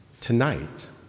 Tonight